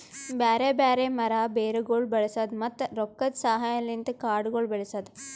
ಬ್ಯಾರೆ ಬ್ಯಾರೆ ಮರ, ಬೇರಗೊಳ್ ಬಳಸದ್, ಮತ್ತ ರೊಕ್ಕದ ಸಹಾಯಲಿಂತ್ ಕಾಡಗೊಳ್ ಬೆಳಸದ್